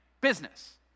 business